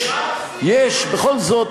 יש בכל זאת